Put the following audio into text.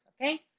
okay